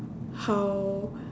how